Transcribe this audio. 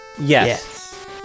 yes